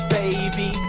baby